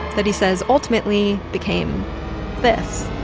that he says ultimately became this.